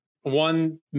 one